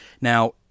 Now